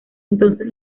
entonces